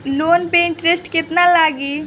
Loan पे interest केतना लागी?